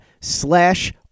slash